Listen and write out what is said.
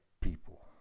people